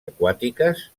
aquàtiques